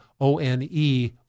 O-N-E